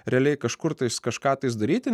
realiai kažkur tais kažką tai daryti